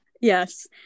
yes